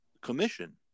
commission